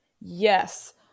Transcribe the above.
Yes